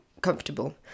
comfortable